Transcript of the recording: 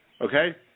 Okay